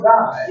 God